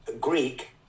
greek